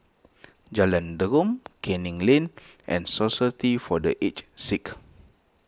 Jalan Derum Canning Lane and Society for the Aged Sick